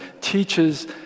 teaches